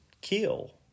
kill